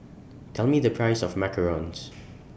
Tell Me The Price of Macarons